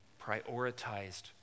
prioritized